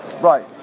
Right